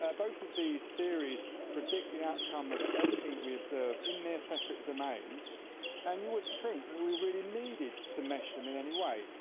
ah both of these theories predict the outcome of everything that we observe in their separate domains and you wouldn't think and that we really needed to mesh them in any way.